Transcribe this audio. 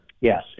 yes